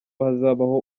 hazabaho